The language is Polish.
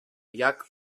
jak